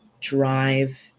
drive